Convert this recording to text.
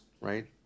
right